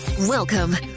Welcome